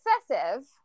excessive